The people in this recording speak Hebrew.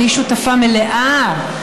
אני שותפה מלאה,